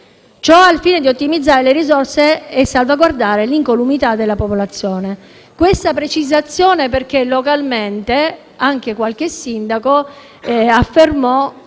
Ciò al fine di ottimizzare le risorse e salvaguardare l'incolumità della popolazione. Faccio questa precisazione perché localmente anche qualche sindaco affermò,